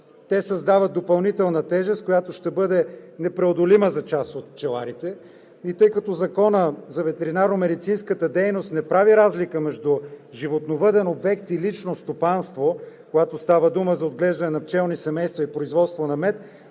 Те създават допълнителна тежест, която ще бъде непреодолима за част от пчеларите. И тъй като Законът за ветеринарно-медицинската дейност не прави разлика между животновъден обект и лично стопанство, когато става дума за отглеждане на пчелни семейства и производство на мед,